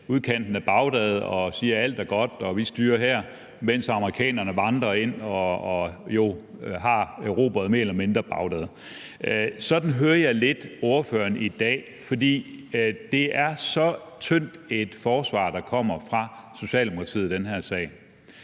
udkanten af Bagdad og siger, at alt er godt og de styrer her, mens amerikanerne vandrer ind og jo mere eller mindre har erobret Bagdad. Sådan hører jeg lidt ordføreren i dag, for det er så tyndt et forsvar, der kommer fra Socialdemokratiet i den her sag.